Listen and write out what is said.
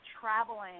traveling